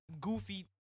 goofy